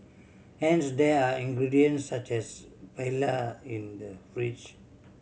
hence there are ingredients such as paella in the fridge